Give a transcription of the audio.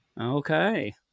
Okay